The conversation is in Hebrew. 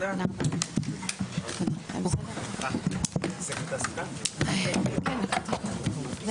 הישיבה ננעלה בשעה 12:05.